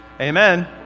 Amen